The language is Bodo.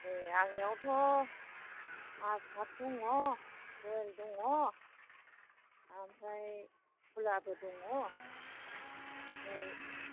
ए आंनियावथ' माजबात दङ रयेल दङ ओमफ्राय खुलाबो दङ ओमफ्राय